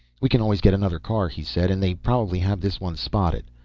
we can always get another car, he said, and they probably have this one spotted.